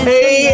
Hey